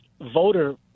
voter